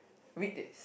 with this